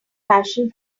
passion